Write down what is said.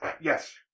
Yes